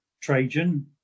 trajan